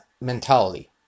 mentality